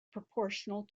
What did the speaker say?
proportional